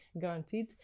guaranteed